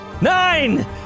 Nine